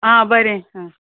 आं बरें आं